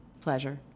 pleasure